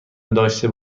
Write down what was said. داشته